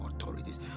authorities